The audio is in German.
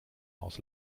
haus